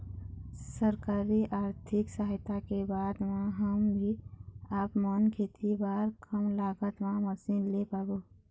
सरकारी आरथिक सहायता के बाद मा हम भी आपमन खेती बार कम लागत मा मशीन ले पाबो?